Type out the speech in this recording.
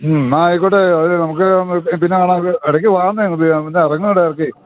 മ്മ് എന്നാല് ആയിക്കോട്ടെ നമുക്കു പിന്നെ കാണാം നമുക്ക് ഇടയ്ക്കു വരൂ എന്നേ ഒന്നിറങ്ങ് ഇങ്ങോട്ട് ഇടയ്ക്ക്